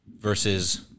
versus